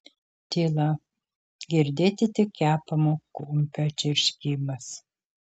tyla girdėti tik kepamo kumpio čirškimas